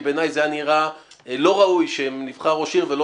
כי בעיניי זה היה נראה לא ראוי שנבחר ראש עיר ולא